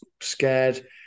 scared